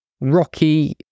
Rocky